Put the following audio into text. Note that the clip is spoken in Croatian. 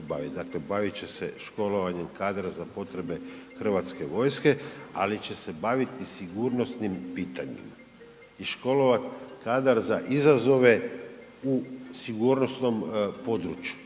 dakle bavit će se školovanjem kadra za potrebe HV-a, ali će se bavit i sigurnosnim pitanjima i školovat kadar za izazove u sigurnosnom području,